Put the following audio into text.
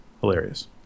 hilarious